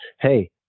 hey